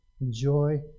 enjoy